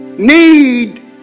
need